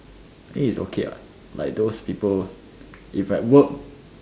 I think it's okay what like those people if like work